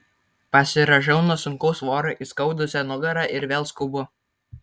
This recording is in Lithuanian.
pasirąžau nuo sunkaus svorio įskaudusią nugarą ir vėl skubu